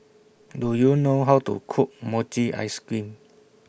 Do YOU know How to Cook Mochi Ice Cream